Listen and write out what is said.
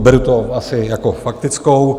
Beru to asi jako faktickou.